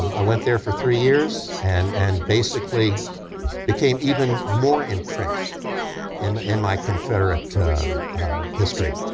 i went there for three years, and and basically became even more entrenched in in my confederate history.